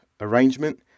arrangement